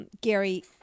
Gary